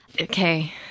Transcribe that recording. Okay